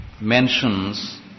mentions